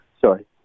Sorry